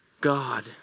God